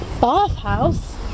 Bathhouse